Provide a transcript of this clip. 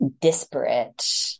disparate